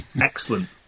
Excellent